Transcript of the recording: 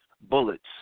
bullets